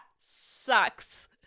sucks